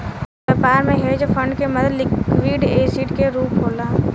व्यापार में hedge fund के मदद लिक्विड एसिड के रूप होला